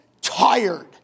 tired